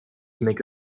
make